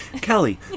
Kelly